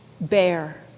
bear